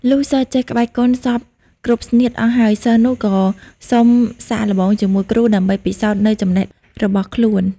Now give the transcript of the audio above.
លុះសិស្សចេះក្បាច់គុនសព្វគ្រប់ស្នៀតអស់ហើយ សិស្សនោះក៏សុំសាកល្បងជាមួយគ្រូដើម្បីពិសោធនូវចំណេះរបស់ខ្លួន ។